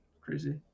Crazy